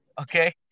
Okay